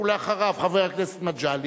ואחריו, חבר הכנסת מגלי,